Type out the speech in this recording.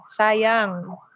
Sayang